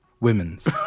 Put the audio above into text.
women's